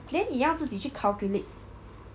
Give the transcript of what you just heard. then 你要自己去 calculate